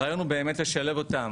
הרעיון הוא באמת לשלב אותן,